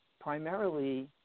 primarily